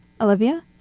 Olivia